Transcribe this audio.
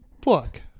book